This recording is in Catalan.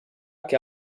que